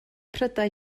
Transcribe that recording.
prydau